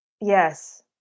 yes